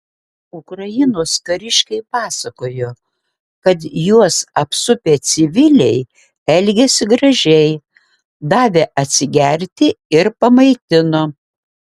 ukrainos kariškiai pasakojo kad juos apsupę civiliai elgėsi gražiai davė atsigerti ir pamaitino